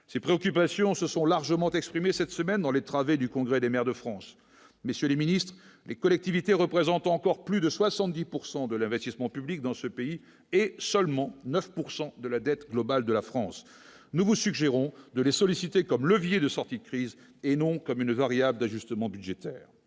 ces préoccupations se sont largement exprimés cette semaine dans les travées du congrès des maires de France messieurs le Ministre les collectivités représentent encore plus de 70 pourcent de l'investissement public dans ce pays, et seulement 9 pourcent de la dette globale de la France, nous vous suggérons de les solliciter comme levier de sortie de crise et non comme une variable d'ajustement budgétaire,